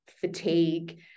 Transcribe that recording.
fatigue